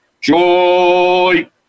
Joy